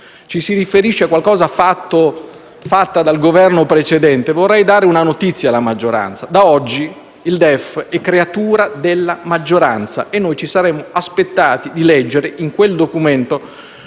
ci si riferisce a un qualcosa fatto dal Governo precedente - vorrei dare una notizia: da oggi il DEF è creatura della maggioranza e noi ci saremmo aspettati di leggere in quel Documento